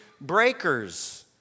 breakers